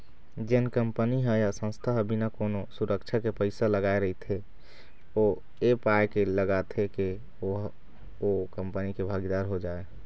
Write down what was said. जेन कंपनी ह या संस्था ह बिना कोनो सुरक्छा के पइसा लगाय रहिथे ओ ऐ पाय के लगाथे के ओहा ओ कंपनी के भागीदार हो जाय